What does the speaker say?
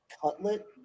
Cutlet